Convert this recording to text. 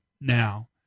now